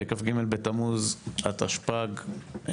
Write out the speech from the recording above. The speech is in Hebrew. כ"ג בתמוז התשפ"ג.